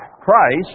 Christ